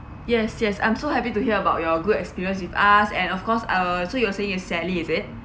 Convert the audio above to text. yes yes I'm so happy to hear about your good experience with us and of course I was so you were saying you're sally is it